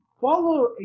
follow